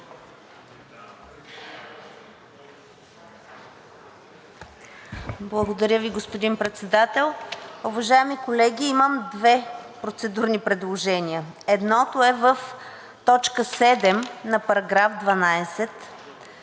Благодаря, господин Председател.